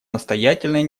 настоятельной